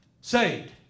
saved